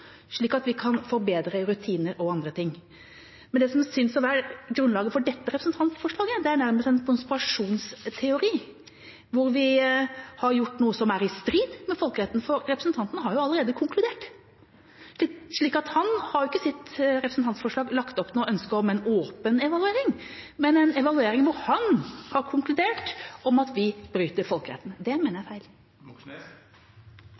slik at vi kan få bedre rutiner og andre ting. Men det som synes å være grunnlaget for dette representantforslaget, er nærmest en konspirasjonsteori hvor vi har gjort noe som er i strid med folkeretten, for representanten har jo allerede konkludert. Han har jo ikke i sitt representantforslag lagt fram noe ønske om en åpen evaluering, men en evaluering hvor han har konkludert med at vi bryter folkeretten. Det mener jeg